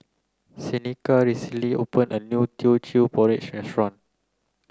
Seneca recently opened a new Teochew Porridge restaurant